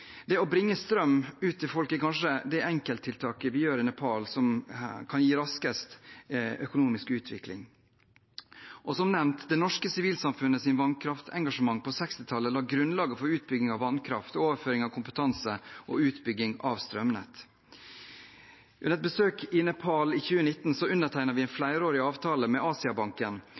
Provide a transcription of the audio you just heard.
Å bringe strøm ut til folket er kanskje det enkelttiltaket vi har i Nepal som kan gi raskest økonomisk utvikling. Som nevnt: Det norske sivilsamfunnets vannkraftengasjement på 1960-tallet la grunnlaget for utbygging av vannkraftverk, overføring av kompetanse og utbygging av strømnett. Under mitt besøk i Nepal i 2019 undertegnet vi en flerårig avtale med Asiabanken